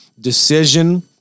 decision